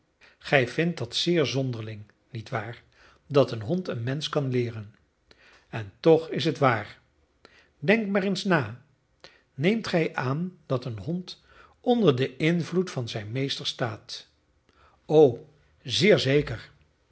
gij vindt dat zeer zonderling niet waar dat een hond een mensch kan leeren en toch is het waar denk maar eens na neemt gij aan dat een hond onder den invloed van zijn meester staat o zeer zeker